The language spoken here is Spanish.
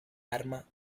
arma